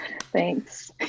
Thanks